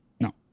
No